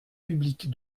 public